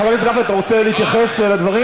חבר הכנסת גפני, אתה רוצה להתייחס לדברים?